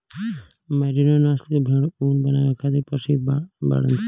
merino नस्ल के भेड़ ऊन बनावे खातिर प्रसिद्ध बाड़ीसन